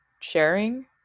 sharing